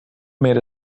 made